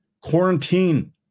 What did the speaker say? Quarantine